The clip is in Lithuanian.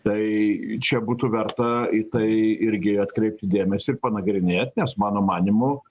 tai čia būtų verta į tai irgi atkreipti dėmesį ir panagrinėt nes mano manymu